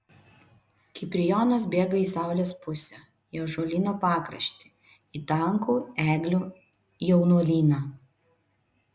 kiprijonas bėga į saulės pusę į ąžuolyno pakraštį į tankų eglių jaunuolyną